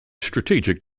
strategic